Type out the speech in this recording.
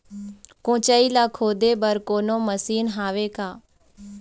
कोचई ला खोदे बर कोन्हो मशीन हावे का?